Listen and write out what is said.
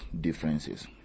differences